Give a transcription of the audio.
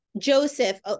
Joseph